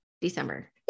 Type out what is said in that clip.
December